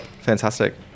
fantastic